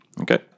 Okay